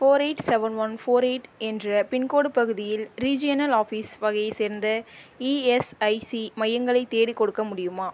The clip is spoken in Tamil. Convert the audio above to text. four eight seven one four eight என்ற பின்கோட் பகுதியில் ரீஜனல் ஆஃபீஸ் வகையைச் சேர்ந்த இஎஸ்ஐசி மையங்களை தேடிக்கொடுக்க முடியுமா